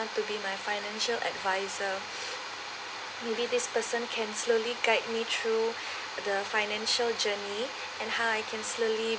to be my financial adviser maybe this person can slowly guide me through the financial journey and how I can slowly